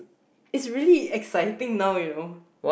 it's really exciting now you know